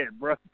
bro